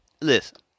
listen